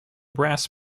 brass